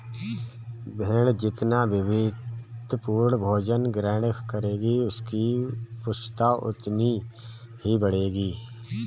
भेंड़ जितना विविधतापूर्ण भोजन ग्रहण करेगी, उसकी पुष्टता उतनी ही बढ़ेगी